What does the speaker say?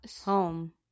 home